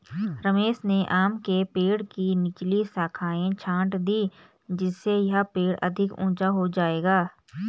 रमेश ने आम के पेड़ की निचली शाखाएं छाँट दीं जिससे यह पेड़ अधिक ऊंचा हो जाएगा